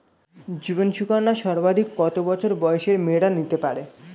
জীবন সুকন্যা সর্বাধিক কত বছর বয়সের মেয়েরা নিতে পারে?